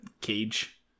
cage